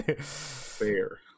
fair